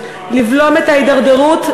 לבלום את ההידרדרות,